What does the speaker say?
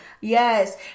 yes